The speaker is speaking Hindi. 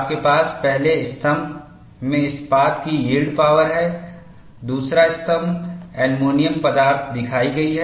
आपके पास पहले स्तंभ में इस्पात की यील्ड पावर है दूसरा स्तंभ एल्युमिनियम पदार्थ दिखाई गई है